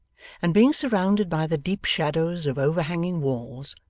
and being surrounded by the deep shadows of overhanging walls,